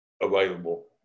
available